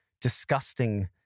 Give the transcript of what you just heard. disgusting